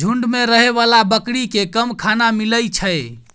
झूंड मे रहै बला बकरी केँ कम खाना मिलइ छै